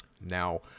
Now